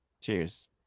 Cheers